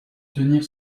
tenir